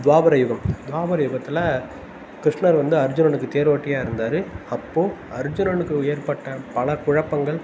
துவாபரயுகம் துவாபரயுகத்தில் கிருஷ்ணர் வந்து அர்ஜுனனுக்கு தேர் ஓட்டியாக இருந்தார் அப்போ அர்ஜுனனுக்கு ஏற்பட்ட பல குழப்பங்கள்